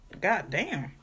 goddamn